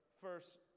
first